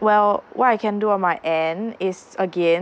well what I can do on my end is again